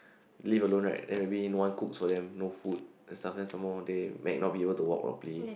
live alone right then maybe no one cooks for them no food sometimes some more they might not be able to walk properly